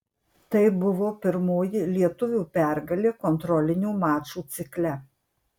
tai buvo pirmoji lietuvių pergalė kontrolinių mačų cikle